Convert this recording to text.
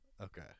Okay